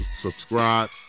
subscribe